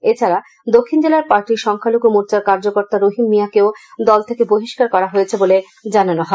এছাড়া দক্ষিণ জেলার পার্টির সংখ্যালঘু মোর্চার কার্যকর্তা রহিম মিয়াকেও দল থেকে বহিষ্কার করা হয়েছে বলে জানানো হয়